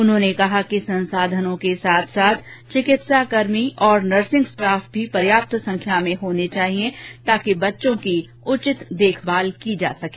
उन्होंने कहा कि संसाधनों के साथ साथ चिकित्साकर्मी और नर्सिंग स्टार्फ भी पर्याप्त संख्या में होना चाहिये ताकि बच्चों की उचित देखभाल की जा सके